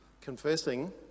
confessing